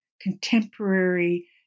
contemporary